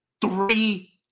three